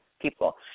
people